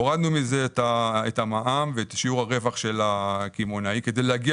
הורדנו מזה את המע"מ ואת שיעור הרווח של הקמעונאי כדי להגיע